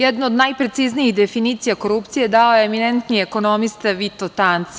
Jedna od najpreciznijih definicija korupcije dao je eminentni ekonomista Vito Tanci.